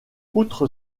outre